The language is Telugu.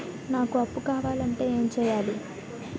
నాకు అప్పు కావాలి అంటే ఎం చేయాలి?